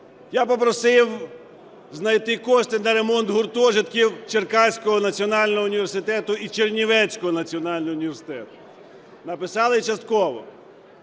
Я попросив знайти кошти на ремонт гуртожитків Черкаського національного університету і Чернівецького національного університету. Написали "частково".